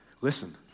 Listen